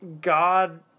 God